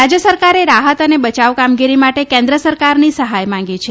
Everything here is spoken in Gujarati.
રાજય સરકારે રાહત અને બચાવ કામગીરી માટે કેન્દ્ર સરકારની સહાય માંગી છે